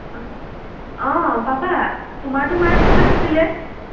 অঁ পাবা তোমাৰতো মাৰ্কছ ভাল আছিলে